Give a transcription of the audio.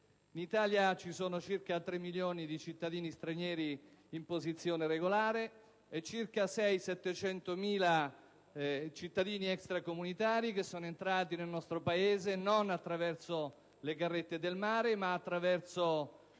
In Italia ci sono circa 3 milioni di cittadini stranieri in posizione regolare e circa 600-700.000 cittadini extracomunitari che sono entrati nel nostro Paese non attraverso le carrette del mare, ma attraverso